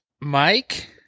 Mike